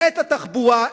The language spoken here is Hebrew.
את התחבורה,